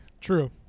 True